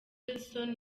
hilson